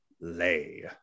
lay